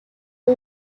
who